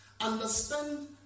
Understand